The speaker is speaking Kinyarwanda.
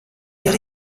yari